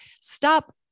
Stop